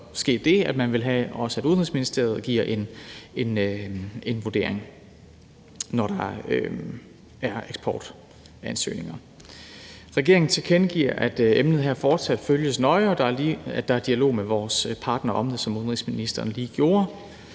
man vil have, at Udenrigsministeriet giver en vurdering, når der er eksportansøgninger. Regeringen tilkendegiver, som udenrigsministeren lige gjorde, at emnet her fortsat følges nøje, og at der er dialog med vores partnere om det. Der er også redegjort